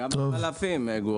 גם החלפים.